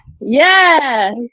Yes